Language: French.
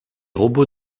robots